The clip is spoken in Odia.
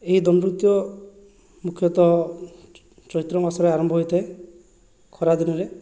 ଏହି ଦଣ୍ଡନୃତ୍ୟ ମୁଖ୍ୟତଃ ଚୈତ୍ର ମାସରେ ଆରମ୍ଭ ହୋଇଥାଏ ଖରାଦିନରେ